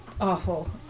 awful